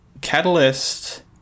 catalyst